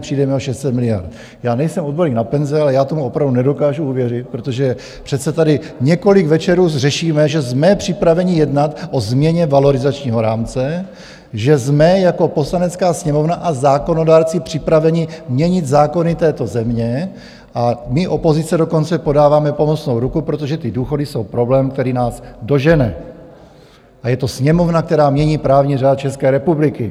Já nejsem odborník na penze, ale já tomu opravdu nedokážu uvěřit, protože přece tady několik večerů řešíme, že jsme připraveni jednat o změně valorizačního rámce, že jsme jako Poslanecká sněmovna a zákonodárci připraveni měnit zákony této země a my, opozice, dokonce podáváme pomocnou ruku, protože ty důchody jsou problém, který nás dožene, a je to Sněmovna, která mění právní řád České republiky.